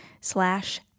slash